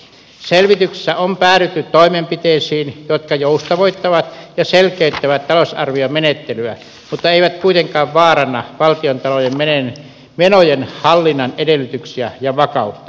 selvityksissä on päädytty toimenpiteisiin jotka joustavoittavat ja selkeyttävät talousarviomenettelyä mutta eivät kuitenkaan vaaranna valtiontalouden menojen hallinnan edellytyksiä ja vakautta